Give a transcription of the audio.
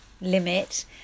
limit